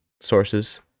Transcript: sources